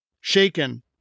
Shaken